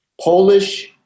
Polish